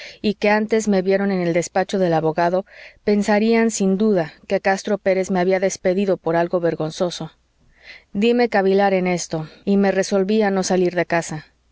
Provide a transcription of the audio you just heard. y que antes me vieron en el despacho del abogado pensarían sin duda que castro pérez me había despedido por algo vergonzoso dime a cavilar en esto y me resolví a no salir de casa